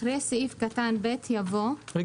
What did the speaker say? אחרי סעיף קטן (ב) יבוא: "(ג)